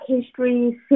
history